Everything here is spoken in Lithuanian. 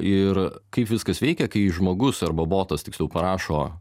ir kaip viskas veikia kai žmogus arba botas tiksliau parašo